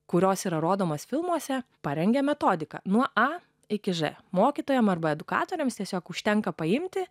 kurios yra rodomas filmuose parengia metodiką nuo a iki z mokytojams arba edukatoriams tiesiog užtenka paimti